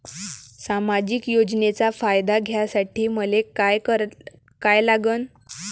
सामाजिक योजनेचा फायदा घ्यासाठी मले काय लागन?